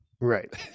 Right